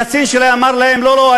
הקצין שלהם אמר להם: לא, לא.